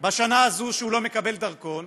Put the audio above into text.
בשנה הזו שהוא לא מקבל דרכון?